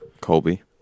Colby